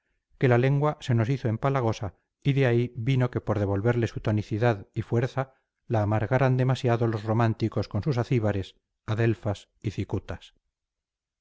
que la lengua se nos hizo empalagosa y de ahí vino que por devolverle su tonicidad y fuerza la amargaran demasiado los románticos con sus acíbares adelfas